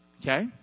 Okay